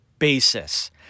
basis